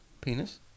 penis